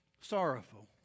sorrowful